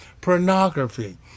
pornography